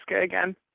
again